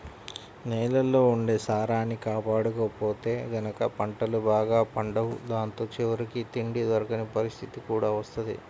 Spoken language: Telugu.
నేలల్లో ఉండే సారాన్ని కాపాడకపోతే గనక పంటలు బాగా పండవు దాంతో చివరికి తిండి దొరకని పరిత్తితి కూడా వత్తది